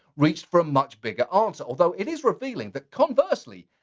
reached for a much bigger answer. although it is revealing that conversely,